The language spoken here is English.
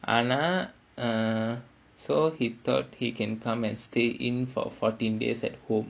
ஆனா:aanaa uh so he thought he can come and stay in fourteen days at home